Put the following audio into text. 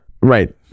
Right